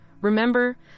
Remember